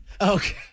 Okay